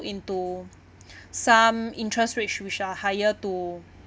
into some interest rates which are higher to